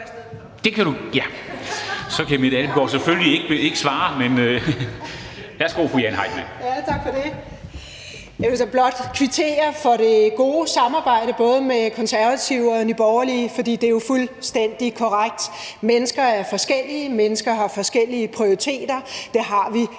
det fru Jane Heitmann, Venstre. Værsgo. Kl. 13:18 (Ordfører) Jane Heitmann (V): Tak for det. Jeg vil så blot kvittere for det gode samarbejde, både med Konservative og Nye Borgerlige, for det er jo fuldstændig korrekt: Mennesker er forskellige, mennesker har forskellige prioriteter; det har vi